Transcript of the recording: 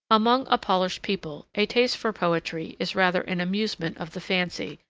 among a polished people, a taste for poetry is rather an amusement of the fancy,